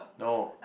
no